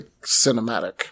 cinematic-